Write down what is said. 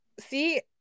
see